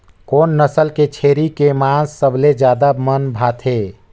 कोन नस्ल के छेरी के मांस सबले ज्यादा मन भाथे?